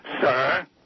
sir